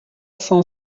cent